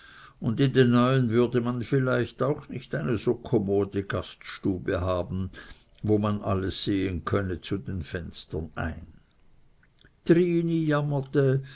und in den neuen würde man vielleicht auch nicht eine so komode gaststube haben wo man alles sehen könne zu den fenstern ein trini